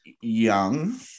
Young